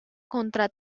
contra